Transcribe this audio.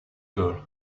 girl